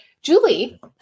Julie